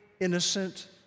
innocent